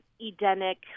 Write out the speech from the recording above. Edenic